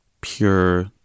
pure